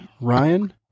Ryan